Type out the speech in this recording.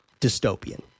dystopian